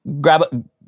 grab